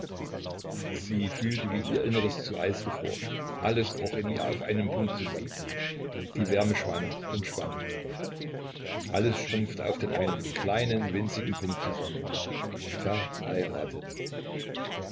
sie fühlte wie ihr inneres zu eis gefror alles kroch in ihr auf einen punkt zusammen die wärme schwand und schwand alles schrumpfte auf den einen kleinen winzigen punkt zusammen verheiratet